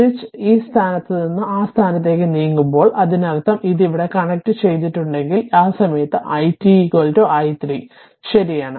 switch ഈ സ്ഥാനത്ത് നിന്ന് ആ സ്ഥാനത്തേക്ക് നീങ്ങുമ്പോൾ അതിനർത്ഥം ഇത് ഇവിടെ കണക്റ്റു ചെയ്തിട്ടുണ്ടെങ്കിൽ ആ സമയത്ത് i t i3 ശരിയാണ്